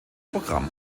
programm